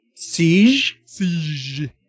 Siege